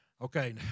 Okay